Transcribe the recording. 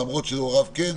למרות שהוריו כן,